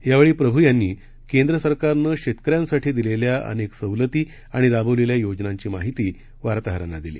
यावेळी प्रभ् यांनी केंद्र सरकारनं शेतकऱ्यांसाठी दिलेल्या अनेक सवलती आणि राबवलेल्या योजनांची माहिती बातमीदरांना दिली